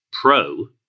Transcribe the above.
pro